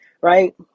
right